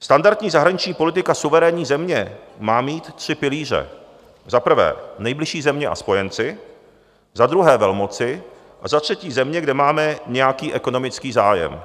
Standardní zahraniční politika suverénní země má mít tři pilíře: za prvé nejbližší země a spojenci, za druhé velmoci, za třetí země, kde máme nějaký ekonomický zájem.